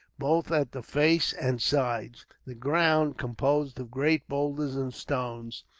both at the face and sides, the ground, composed of great boulders and stones,